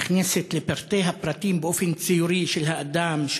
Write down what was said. נכנסת באופן ציורי לפרטי הפרטים של האדם,